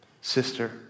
sister